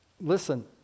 Listen